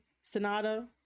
Sonata